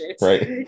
right